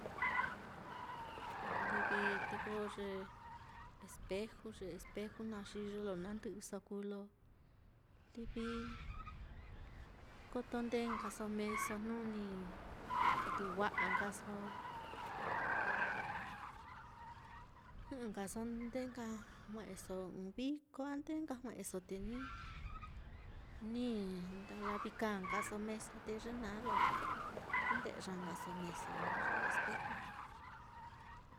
Livi te ko ye espeju, ye espeju naá xi ye lo na ndɨ'ɨso kuu lo livi kotondee nkaso meeso jnu ni nduu wa'a nkaso, lo jɨ'ɨ nkaso nde nka jue'eso so ɨ́ɨ́n vīkō a ndee nka jue'eso te ni-ni ndala viíka nkaso meeso, te ye naá lo kunde'ya nkaso meeso nuu ye espeju naá.